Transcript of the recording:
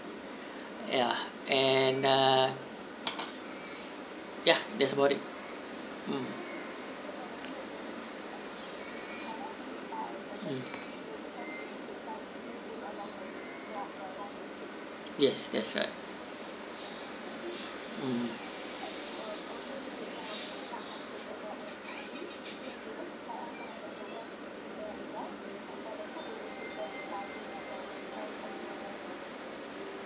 ya ah and ah ya that's about it yes that's right mm